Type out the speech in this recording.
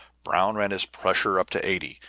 brown ran his pressure up to eighty,